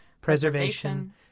preservation